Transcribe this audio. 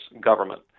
government